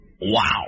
Wow